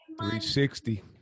360